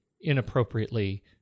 inappropriately